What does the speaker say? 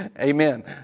amen